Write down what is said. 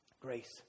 grace